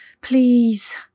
Please